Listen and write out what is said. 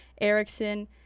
Erickson